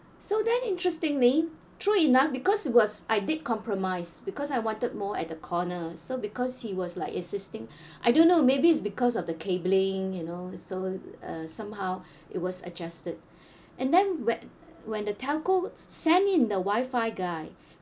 so then interestingly true enough because was I did compromise because I wanted more at the corner so because he was like insisting I don't know maybe it's because of the cabling you know so uh somehow it was adjusted and then when when the telco send in the wifi guy